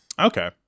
Okay